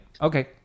Okay